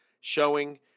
Showing